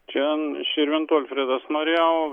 čia iš širvintų alfredas norėjau